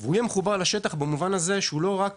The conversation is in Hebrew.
שהוא יהיה במחובר לשטח במובן שהוא לא רק